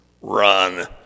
run